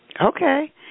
Okay